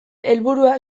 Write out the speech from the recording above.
helburua